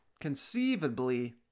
conceivably